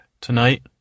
tonight